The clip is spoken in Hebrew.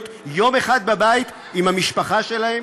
להיות יום אחד בבית עם המשפחה שלהם,